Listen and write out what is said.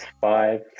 five